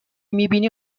میبینی